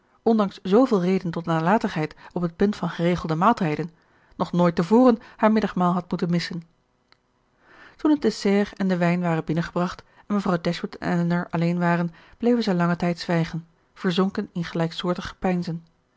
ondanks zooveel reden tot nalatigheid op het punt van geregelde maaltijden nog nooit te voren haar middagmaal had moeten missen toen het dessert en de wijn waren binnengebracht en mevrouw dashwood en elinor alleen waren bleven zij langen tijd zwijgen verzonken in gelijksoortige